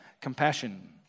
compassion